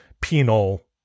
penal